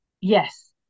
Yes